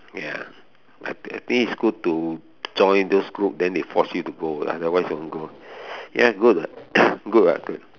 ya I I think it's good to join those group then they force you to go otherwise won't go ya good good what good